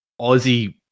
Aussie